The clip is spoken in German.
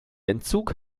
entzug